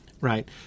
right